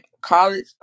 college